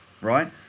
Right